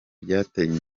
byateye